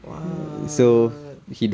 what